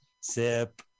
Sip